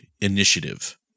Initiative